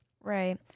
Right